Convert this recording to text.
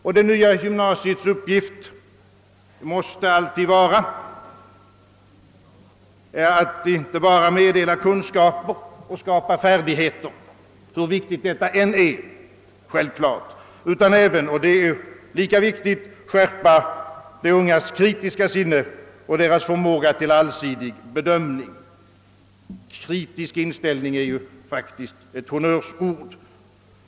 Och det nya gymnasiets uppgift måste alltid vara att inte bara meddela kunskaper och skapa färdigheter, hur viktigt detta självfallet än är, utan även — och det är lika viktigt — skärpa de ungas kritiska sinne och deras förmåga till allsidig bedömning. Kritisk inställning är ju faktiskt ett honnörsord.